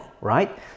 right